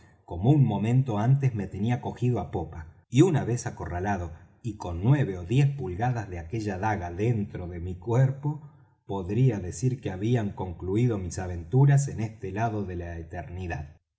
como un momento antes me tenía cogido á popa y una vez acorralado y con nueve ó diez pulgadas de aquella daga dentro de mi cuerpo podría decir que habían concluído mis aventuras en este lado de la eternidad